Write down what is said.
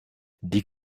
die